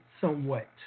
somewhat